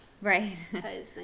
Right